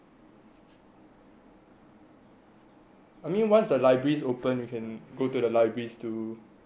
I mean once the library is open we can go to the libaries to study ah